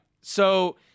So-